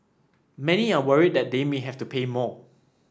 many are worried that they may have to pay more